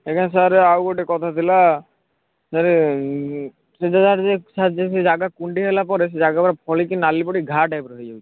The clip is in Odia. ଆଜ୍ଞା ସାର୍ ଆଉ ଗୋଟେ କଥା ଥିଲା ସାର୍ ସେ ଜାଗାରେ ଯେ ସାର୍ ସେ ଜାଗା କୁଣ୍ଡେଇ ହେଲା ପରେ ସେ ଜାଗାଗୁଡ଼ିକ ଫଳି କି ନାଲି ପଡ଼ି ଘାଆ ଟାଇପ୍ର ହେଇ ଯାଉଛି